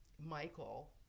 Michael